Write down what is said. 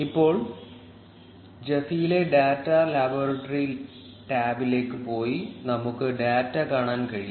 ഇപ്പോൾ ജെഫിയിലെ data laboratory ടാബിലേക്ക് പോയി നമുക്ക് ഡാറ്റ കാണാൻ കഴിയും